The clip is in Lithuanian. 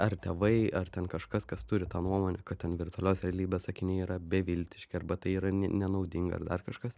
ar tėvai ar ten kažkas kas turi tą nuomonę kad ten virtualios realybės akiniai yra beviltiški arba tai yra ne nenaudinga ar dar kažkas